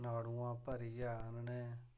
नाडूऐ भरियै आह्नें